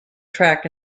track